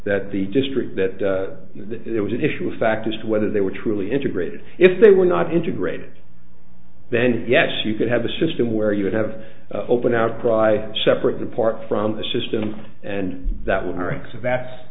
that the district that it was an issue of fact as to whether they were truly integrated if they were not integrated then yes you could have a system where you would have open outcry separate apart from the system and that